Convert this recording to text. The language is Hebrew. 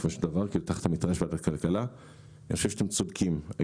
אתם צודקים בהם.